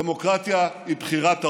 דמוקרטיה היא בחירת הרוב,